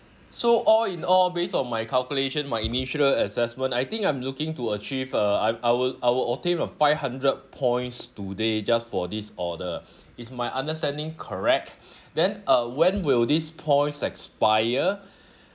so all in all based on my calculation my initial assessment I think I'm looking to achieve uh I I will I will obtain a five hundred points today just for this order is my understanding correct then uh when will these points expire